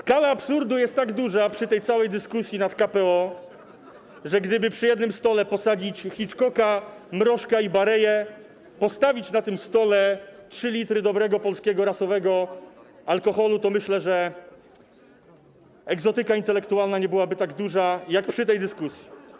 Skala absurdu jest tak duża przy całej dyskusji nad KPO, że gdyby przy jednym stole posadzić Hitchcocka, Mrożka i Bareję, postawić na tym stole 3 l dobrego polskiego rasowego alkoholu, to myślę, że egzotyka intelektualna nie byłaby tak duża jak przy tej dyskusji.